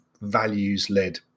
values-led